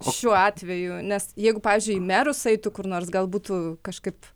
šiuo atveju nes jeigu pavyzdžiui į merus eitų kur nors gal būtų kažkaip